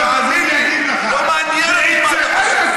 לא מעניין אותי מה אתה חושב.